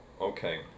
Okay